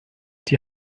die